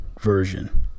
version